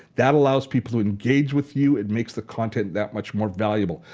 that allows people to engage with you. it makes the content that much more valuable.